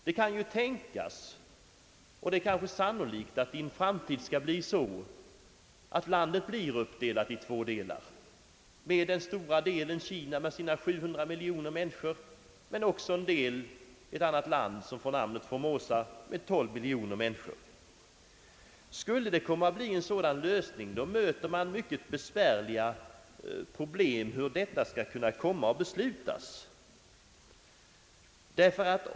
Det kan tänkas — och det är sannolikt — att landet i en framtid blir uppdelat i två delar, den stora delen, Kina med sina 700 miljoner människor, och en annan del, ett annat land som får namnet Formosa, med 12 miljoner människor. Skulle det bli en sådan lösning, möter man mycket besvärliga problem hur detta skall kunna beslutas.